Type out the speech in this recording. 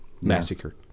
massacred